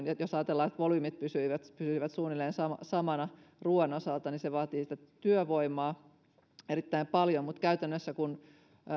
ja jos ajatellaan että volyymit pysyisivät pysyisivät suunnilleen samana samana ruuan osalta niin se vaatii työvoimaa erittäin paljon ja kun